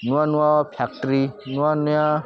ନୂଆ ନୂଆ ଫାକ୍ଟ୍ରି ନୂଆ ନୂଆ